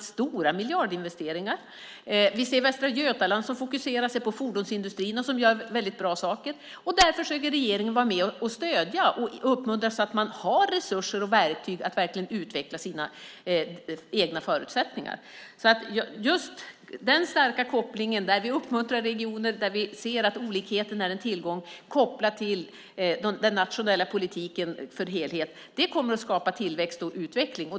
Det är stora miljardinvesteringar. Vi ser Västra Götaland som fokuserar på fordonsindustrin och gör bra saker. Därför vill regeringen vara med och stödja och uppmuntra så att man har resurser och verktyg att utveckla sina egna förutsättningar. Vår uppmuntran av regioner där vi ser att olikheten är en tillgång kopplat till den nationella politiken för helhet kommer att skapa tillväxt och utveckling.